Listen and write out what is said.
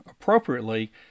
appropriately